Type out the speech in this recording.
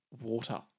water